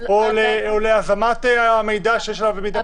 או להזמת המידע שיש עליו במידע פלילי.